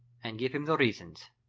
and give him the reasons.